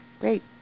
Great